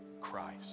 Christ